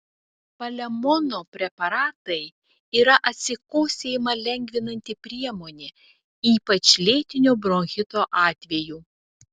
palemono preparatai yra atsikosėjimą lengvinanti priemonė ypač lėtinio bronchito atveju